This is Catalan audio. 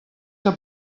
que